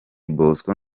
bosco